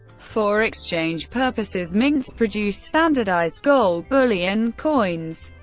for exchange purposes, mints produce standardized gold bullion coins,